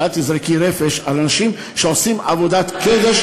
ואל תזרקי רפש על אנשים שעושים עבודת קודש